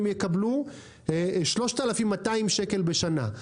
הם יקבלו 3,200 שקל בשנה.